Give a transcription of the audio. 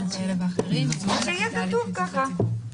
כאלה ואחרים- -- אז שיהיה כתוב ככה.